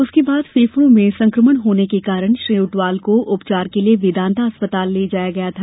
उसके बाद फेफड़े में संक्रमण होने के कारण श्री ऊंटवाल को उपचार के लिए वेदांता अस्पताल ले जाया गया था